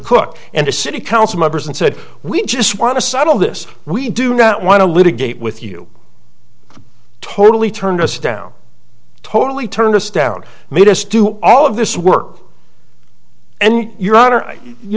cook and the city council members and said we just want to settle this we do not want to litigate with you totally turned us down totally turned us down made us do all of this work and your honor you